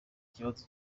ikibazo